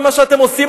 במה שאתם עושים,